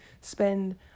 spend